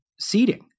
seating